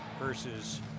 versus